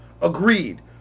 Agreed